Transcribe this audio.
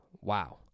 wow